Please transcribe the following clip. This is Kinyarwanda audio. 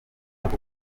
bwo